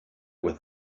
with